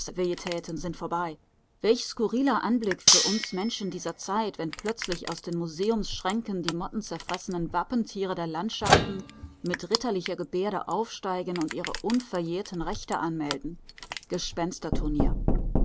duodez-velleitäten sind vorbei welch skurriler anblick für uns menschen dieser zeit wenn plötzlich aus den museumsschränken die mottenzerfressenen wappentiere der landschaften mit ritterlicher gebärde aufsteigen und ihre unverjährten rechte anmelden